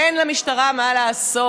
אין למשטרה מה לעשות?